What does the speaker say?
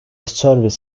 service